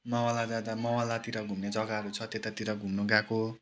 मावला जाँदा मावलातिर घुम्ने जग्गाहरू छ त्यतातिर घुम्नु गएको